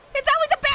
it's always a bear